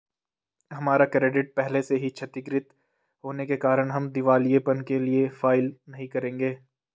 हमारा क्रेडिट पहले से ही क्षतिगृत होने के कारण हम दिवालियेपन के लिए फाइल नहीं करेंगे